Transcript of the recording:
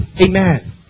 Amen